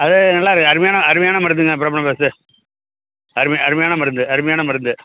அது நல்லாயிருக்கும் அருமையான அருமையான மருந்துங்க அருமை அருமையான மருந்து அருமையான மருந்து